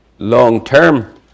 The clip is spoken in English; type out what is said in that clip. long-term